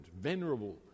venerable